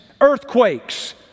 Earthquakes